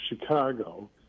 Chicago